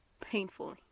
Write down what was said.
painfully